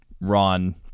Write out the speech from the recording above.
Ron